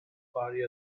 body